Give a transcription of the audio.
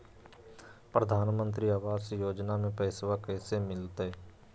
प्रधानमंत्री आवास योजना में पैसबा कैसे मिलते?